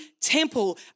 temple